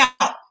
out